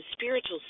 spiritual